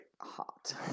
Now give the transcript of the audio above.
Hot